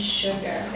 sugar